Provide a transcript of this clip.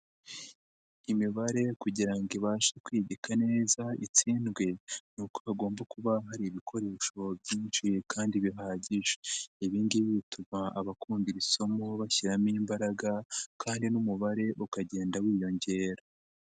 Imibare kugira ibashe kwigika neza itsindwe, ni uko hagomba kuba hari ibikoresho byinshiye kandi bihagije. Ibi ngibi bituma abakunda iri somo bashyiramo imbaraga kandi n'umubare ukagenda wiyongera.